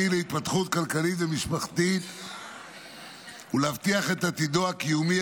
להתפתחות כלכלית ומשפחתית ולהבטיח את עתידו הקיומי,